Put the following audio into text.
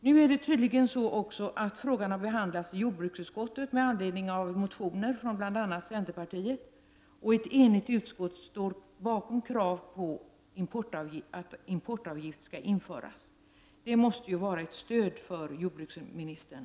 Nu har frågan tydligen också behandlats i jordbruksutskottet med anledning av motioner från bl.a. centerpartiet, och ett enigt utskott står bakom krav på att importavgift skall införas. Det måste vara ett stöd för jordbruksministern.